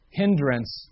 hindrance